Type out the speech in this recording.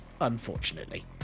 unfortunately